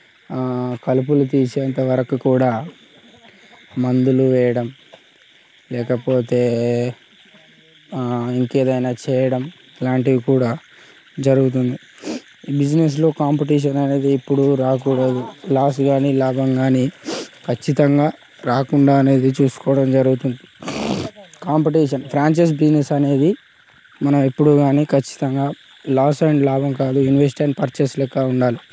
కలుపులు తీసేంత వరకు కూడా మందులు వేయడం లేకపోతే ఇంకా ఏదైనా చేయడం ఇలాంటివి కూడా జరుగుతుంది ఈ బిజినెస్లో కాంపిటేషన్ అనేది ఎప్పుడూ రాకూడదు లాస్ కానీ లాభం కానీ ఖచ్చితంగా రాకుండా అనేది చూసుకోవడం జరుగుతుంది కాంపిటీషన్ ఫ్రాంచైజ్ బిజినెస్ అనేది మనం ఎప్పుడూ కానీ ఖచ్చితంగా లాస్ అండ్ లాభం కాదు ఇన్వెస్ట్ అండ్ పర్చేస్ లెక్క ఉండాలి